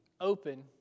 open